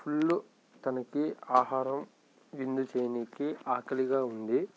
full తనకి ఆహారం విందు చేయడానికి ఆకలిగా ఉంది